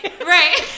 right